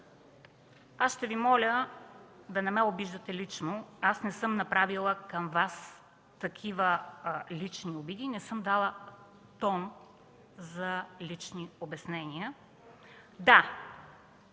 ще Ви моля да не ме обиждате лично. Аз не съм отправила към Вас такива лични обиди и не съм дала тон за лични обяснения. Да,